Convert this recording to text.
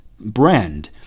brand